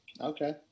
Okay